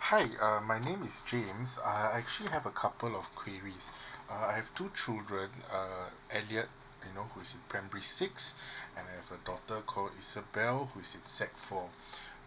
hi uh my name is james uh I actually have a couple of queries uh I have two children uh eliote you know who is in primary six and I have a daughter call isabele who is in sec four